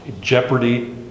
jeopardy